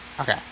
Okay